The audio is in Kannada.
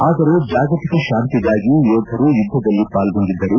ಆದರೆ ಜಾಗತಿಕ ಶಾಂತಿಗಾಗಿ ಯೋಧರು ಯುದ್ದದಲ್ಲಿ ಪಾಲ್ಗೊಂಡಿದ್ದರು